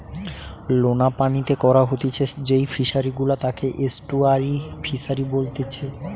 লোনা পানিতে করা হতিছে যেই ফিশারি গুলা তাকে এস্টুয়ারই ফিসারী বলেতিচ্ছে